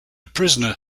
prisoner